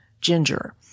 ginger